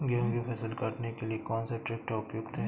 गेहूँ की फसल काटने के लिए कौन सा ट्रैक्टर उपयुक्त है?